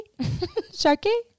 Sharky